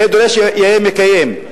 יאה דורש, יאה מקיים.